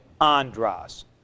Andras